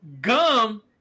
gum